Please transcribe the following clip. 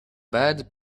bad